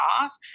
off